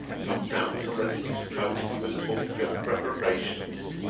go down to let it be supposed we were talking of preparations